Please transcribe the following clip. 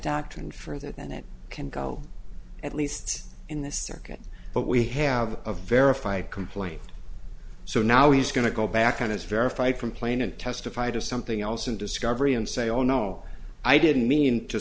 doctrine further than it can go at least in this circuit but we have a verified complaint so now he's going to go back on his verify from plane and testify to something else in discovery and say oh no i didn't mean to